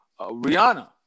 Rihanna